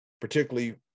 particularly